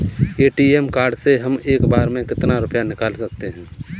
ATM card से हम एक बार में कितना रुपया निकाल सकते हैं?